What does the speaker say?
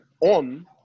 on